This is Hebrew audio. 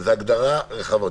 זו הגדרה רחבה.